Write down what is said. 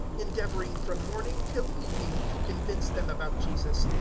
endeavouring from morning till evening to convince them about jesus,